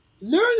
learn